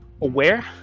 aware